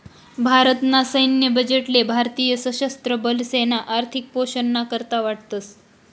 भारत ना सैन्य बजेट ले भारतीय सशस्त्र बलेसना आर्थिक पोषण ना करता वाटतस